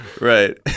Right